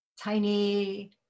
tiny